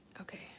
Okay